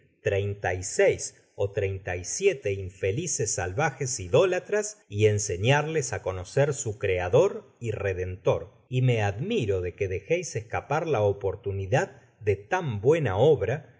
treinta y seis ó treuita y siete infelices salvajes idólatras y ensenarles á conocer su criador y redentor y me admiro de que dejeis escapar la oportunidad de tanta buena obra